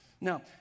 Now